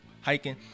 hiking